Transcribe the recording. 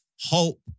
hope